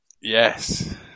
Yes